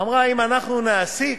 אמרה: אם אנחנו נעסיק,